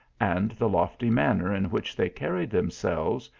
and the lofty manner in which they carried themselves,